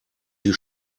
die